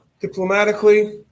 diplomatically